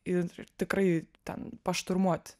ir tikrai ten pašturmuot